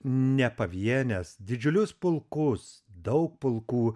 ne pavienes didžiulius pulkus daug pulkų